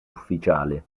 ufficiale